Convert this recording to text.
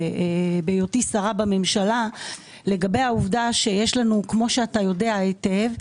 בהיותי שרה בממשלה לגבי העובדה שיש לנו כפי שאתה יודע היטב,